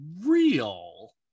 real